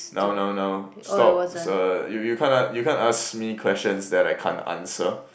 no no no stop it's a you you can't you can't ask me questions that I can't answer